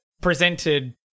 presented